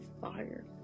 fire